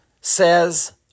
says